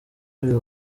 uyu